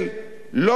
לא בהכרח